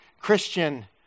Christian